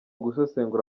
gusesengura